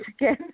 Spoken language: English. again